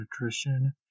nutrition